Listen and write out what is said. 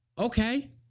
Okay